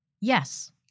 Yes